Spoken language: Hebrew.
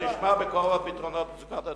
ונשמע בקרוב על פתרון מצוקת הדיור.